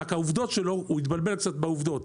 רק שהוא התבלבל קצת בעובדות.